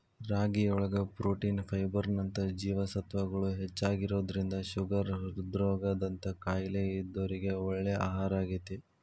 ರಾಗಿಯೊಳಗ protein, fibre ನಂತ ಜೇವಸತ್ವಗಳು ಹೆಚ್ಚಾಗಿರೋದ್ರಿಂದ ಶುಗರ್, ಹೃದ್ರೋಗ ದಂತ ಕಾಯಲೇ ಇದ್ದೋರಿಗೆ ಒಳ್ಳೆ ಆಹಾರಾಗೇತಿ